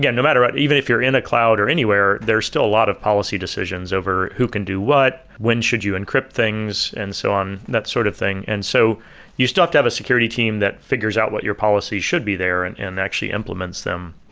yeah no matter what, even if you're in a cloud or anywhere, there's still a lot of policy decisions over who can do what, when should you encrypt things and so on, that sort of thing and so you thing you still have to have a security team that figures out what your policy should be there and and actually implements them.